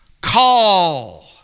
call